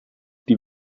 die